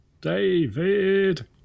David